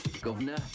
Governor